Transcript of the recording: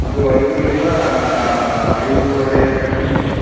ಅದು ಐದರಿಂದ ಐದುವರೆ ತನ್ಕನು ಇದೆ